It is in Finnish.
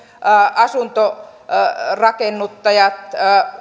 asuntorakennuttajat